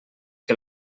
que